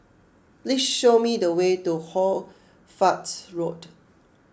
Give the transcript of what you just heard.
please show me the way to Hoy Fatt Road